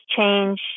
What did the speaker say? change